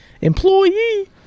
Employee